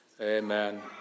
Amen